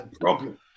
problem